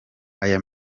aya